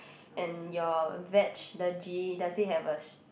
and your veg the G does it have a